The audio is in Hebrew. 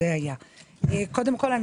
קודם כל,